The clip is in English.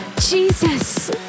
Jesus